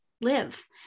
live